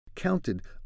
counted